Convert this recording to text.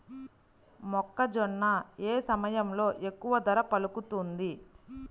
మొక్కజొన్న ఏ సమయంలో ఎక్కువ ధర పలుకుతుంది?